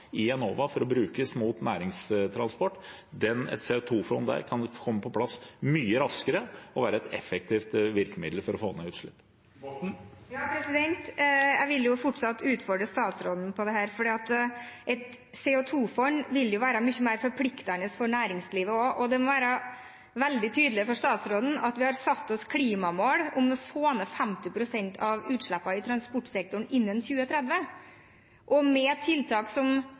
i Enova for å brukes overfor næringstransport – kan et CO 2 -fond komme på plass mye raskere og være et effektivt virkemiddel for å få ned utslipp. Jeg vil fortsatt utfordre statsråden på dette, for et CO 2 -fond vil være mye mer forpliktende for næringslivet også. Det må være veldig tydelig for statsråden at vi har satt oss klimamål om å få ned 50 pst. av utslippene i transportsektoren innen 2030, og med tiltak som